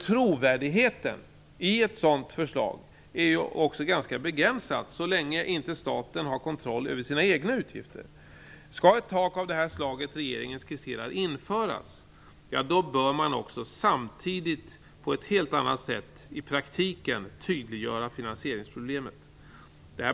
Trovärdigheten i ett sådant förslag är också ganska begränsad så länge inte staten har kontroll över sina egna utgifter. Skall ett tak av det slag som regeringen skisserar införas, bör man också samtidigt på ett helt annat sätt i praktiken tydliggöra finansieringsprincipen.